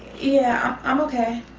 yeah, i'm okay.